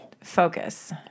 focus